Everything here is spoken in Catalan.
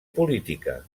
política